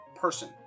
person